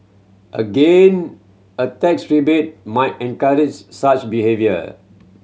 again a tax rebate might encourage such behaviour